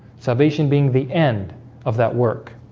salvation being the end of that work